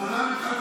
בואו נקשיב לינון.